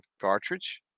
cartridge